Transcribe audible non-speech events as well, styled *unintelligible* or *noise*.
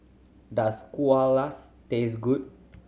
does *unintelligible* taste good